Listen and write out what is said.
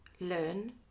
learn